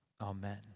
Amen